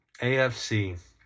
AFC